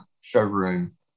showroom